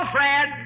Fred